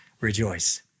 rejoice